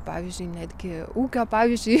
pavyzdžiui netgi ūkio pavyzdžiui